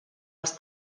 els